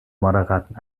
moderaten